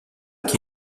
qui